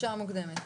הפרישה המוקדמת.